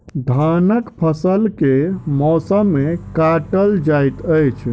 धानक फसल केँ मौसम मे काटल जाइत अछि?